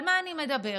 על מה אני מדברת?